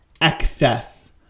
excess